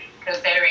considering